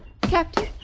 Captain